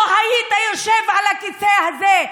לא היית יושב על הכיסא הזה.